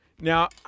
now